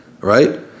right